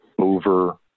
over